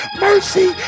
mercy